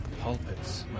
Pulpits